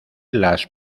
las